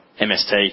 MST